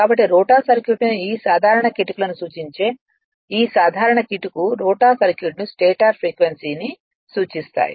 కాబట్టి రోటర్ సర్క్యూట్ను ఈ సాధారణ కిటుకులకు సూచించే ఈ సాధారణ కిటుకు రోటర్ సర్క్యూట్ను స్టేటర్ ఫ్రీక్వెన్సీ ని సూచిస్తాయి